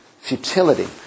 Futility